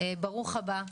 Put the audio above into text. ברוך הבא,